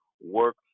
work